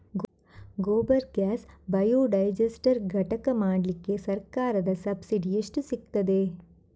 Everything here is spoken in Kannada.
ಗೋಬರ್ ಗ್ಯಾಸ್ ಬಯೋಡೈಜಸ್ಟರ್ ಘಟಕ ಮಾಡ್ಲಿಕ್ಕೆ ಸರ್ಕಾರದ ಸಬ್ಸಿಡಿ ಎಷ್ಟು ಸಿಕ್ತಾದೆ?